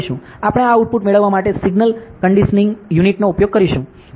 આપણે આ આઉટપુટ મેળવવા માટે સિગ્નલ કન્ડીશનીંગ યુનિટનો ઉપયોગ કરીશું